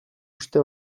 uste